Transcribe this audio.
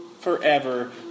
forever